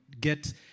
get